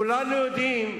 כולנו יודעים.